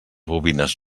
bobines